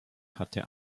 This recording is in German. hatte